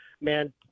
man